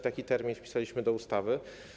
Taki termin wpisaliśmy do ustawy.